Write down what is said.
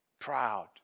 proud